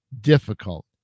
difficult